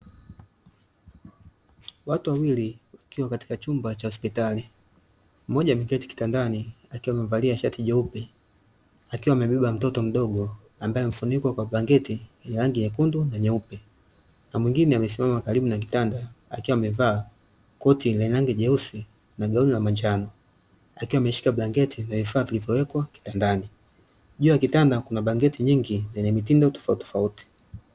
Watu wawili wakiwa katika chumba cha hospitali. Mmoja ameketi kitandani akiwa amevalia shati jeupe, akiwa amebeba mtoto mdogo ambaye amefunikwa kwa blanketi ya rangi nyekundu na nyeupe, na mwingine amesimama karibu na kitanda akiwa amevaa koti lenye rangi jeusi na gauni la manjano, akiwa ameshika blanketi lenye vifaa vilivyowekwa kitandani. Juu ya kitanda kuna blanketi nyingi zenye mitindo tofautitofauti.